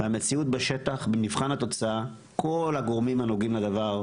והמציאות בשטח במבחן התוצאה כל הגורמים הנוגעים לדבר,